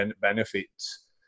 benefits